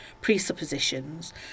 presuppositions